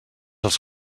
els